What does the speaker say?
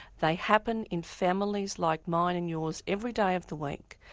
they happen in families like mine and yours every day of the week,